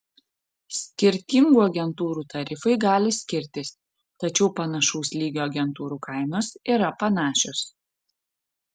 skirtingų agentūrų tarifai gali skirtis tačiau panašaus lygio agentūrų kainos yra panašios